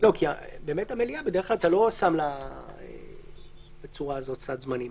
כי באמת למליאה אתה לא שם סד זמנים בצורה הזאת.